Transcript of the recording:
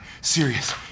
Serious